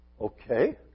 Okay